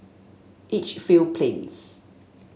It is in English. Edgefield Plains